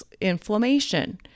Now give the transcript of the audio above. inflammation